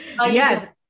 Yes